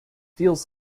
feels